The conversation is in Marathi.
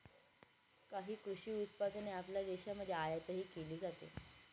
काही कृषी उत्पादने आपल्या देशाकडून आयातही केली जातात